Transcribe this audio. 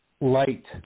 light